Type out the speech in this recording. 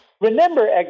Remember